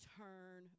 turn